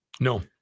No